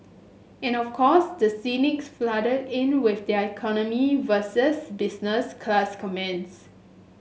and of course the cynics flooded in with their economy versus business class comments